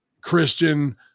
Christian –